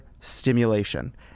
stimulation